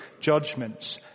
judgments